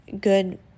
good